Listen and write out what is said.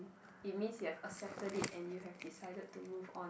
it means you have accepted it and you have decided to move on